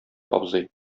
абзый